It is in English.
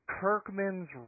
Kirkman's